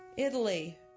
Italy